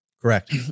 Correct